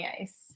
ice